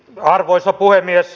arvoisa puhemies